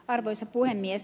arvoisa puhemies